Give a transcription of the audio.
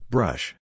Brush